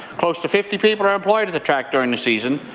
close to fifty people are employed at the track during the season.